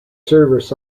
service